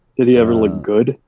did he ever look good?